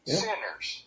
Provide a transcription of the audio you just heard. sinners